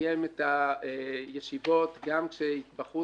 קיים את הישיבות גם כשבחוץ